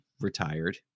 retired